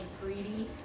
greedy